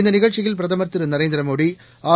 இந்தநிகழ்ச்சியில் பிரதமர் திரு நரேந்திரமோடி ஆர்